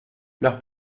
los